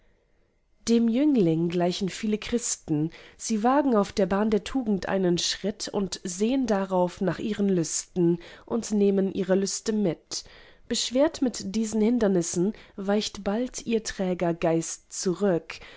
dem jüngling gleichen viele christen sie wagen auf der bahn der tugend einen schritt und sehn darauf nach ihren lüsten und nehmen ihre lüste mit beschwert mit diesen hindernissen weicht bald ihr träger geist zurück